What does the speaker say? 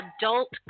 adult